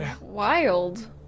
wild